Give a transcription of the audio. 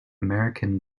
american